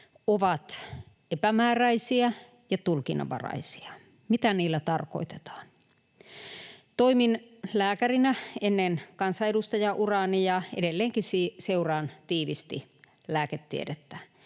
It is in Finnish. ovat epämääräisiä ja tulkinnanvaraisia. Mitä niillä tarkoitetaan? Toimin lääkärinä ennen kansanedustajauraani, ja edelleenkin seuraan tiiviisti lääketiedettä.